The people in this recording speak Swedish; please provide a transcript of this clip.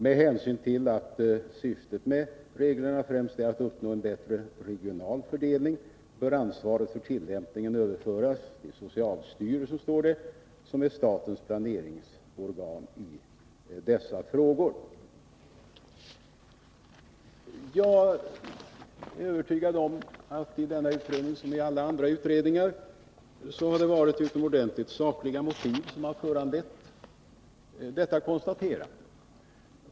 Med hänsyn till att syftet med reglerna främst är att uppnå en bättre regional fördelning bör ansvaret för tillämpningen överföras till socialstyrelsen som är statens planeringsorgan i dessa frågor.” Jag är övertygad om att man i denna utredning som i alla andra utredningar har haft utomordentligt sakliga motiv för sitt konstaterande.